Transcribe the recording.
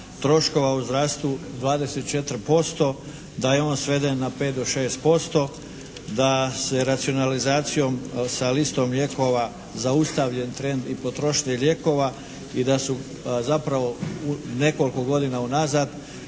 troškova u zdravstvu 24%, da je on sveden na 5 do 6%, da se racionalizacijom sa listom lijekova zaustavljen trend i potrošnje lijekova i da su zapravo u nekoliko godina unazad